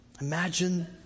Imagine